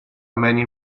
many